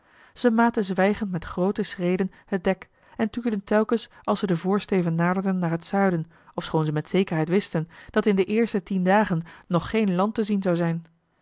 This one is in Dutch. ze maten zwijgend met groote schreden het dek en tuurden telkens als ze den voorsteven naderden naar t zuiden ofschoon ze met zekerheid wisten dat in de eerste tien dagen nog geen land te zien zou zijn